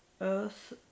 earth